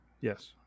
Yes